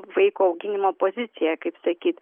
vaiko auginimo pozicija kaip sakyt